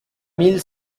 mille